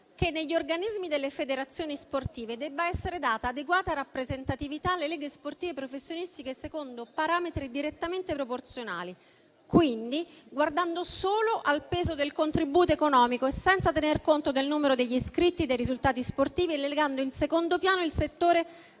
che negli organismi delle federazioni sportive debba essere data adeguata rappresentatività alle leghe sportive professionistiche secondo parametri direttamente proporzionali, quindi guardando solo al peso del contributo economico e senza tener conto del numero degli iscritti e dei risultati sportivi e relegando in secondo piano il settore